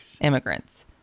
immigrants